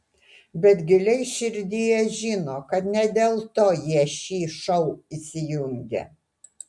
bet giliai širdyje žino kad ne dėl to jie šį šou įsijungia